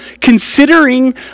considering